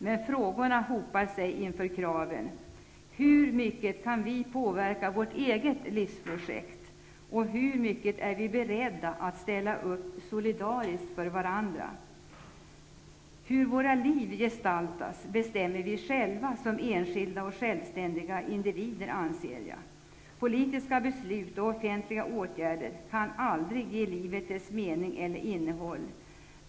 Men frågorna hopar sig inför kraven: Hur mycket kan vi påverka vårt eget livsprojekt, och hur mycket är vi beredda att ställa upp solidariskt för varandra? Hur våra liv gestaltas bestämmer vi själva som enskilda och självständiga individer, anser jag. Politiska beslut och offentliga åtgärder kan aldrig ge livet mening eller innehåll.